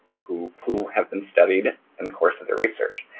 who who have been studied in the course of their research.